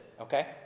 okay